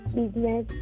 business